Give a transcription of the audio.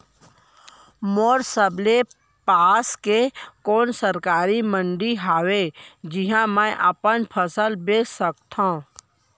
मोर सबले पास के कोन सरकारी मंडी हावे जिहां मैं अपन फसल बेच सकथव?